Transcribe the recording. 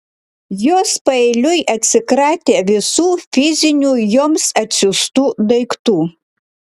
jos paeiliui atsikratė visų fizinių joms atsiųstų daiktų